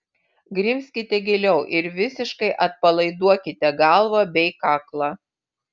grimzkite giliau ir visiškai atpalaiduokite galvą bei kaklą